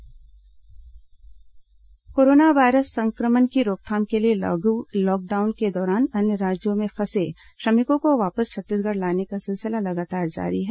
प्रवासी श्रमिक ट्रेन सहमति कोरोना वायरस संक्रमण की रोकथाम के लिए लागू लॉकडाउन के दौरान अन्य राज्यों में फंसे श्रमिकों को वापस छत्तीसगढ़ लाने का सिलसिला लगातार जारी है